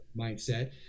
mindset